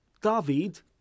David